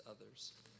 others